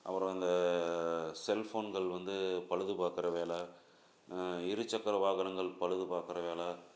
அப்புறம் அந்த செல்ஃபோன்கள் வந்து பழுதுபார்க்கற வேலை இருசக்கர வாகனங்கள் பழுதுபார்க்கற வேலை